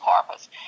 corpus